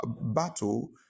battle